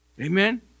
Amen